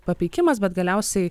papeikimas bet galiausiai